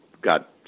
got